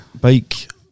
bike